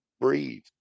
breathe